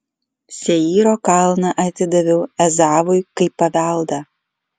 seyro kalną atidaviau ezavui kaip paveldą